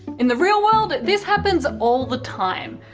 in the real world, this happens all the time.